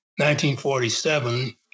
1947